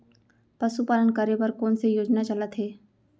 पशुपालन करे बर कोन से योजना चलत हे?